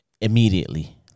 Immediately